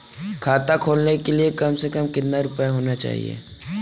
खाता खोलने के लिए कम से कम कितना रूपए होने चाहिए?